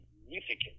significant